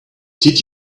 did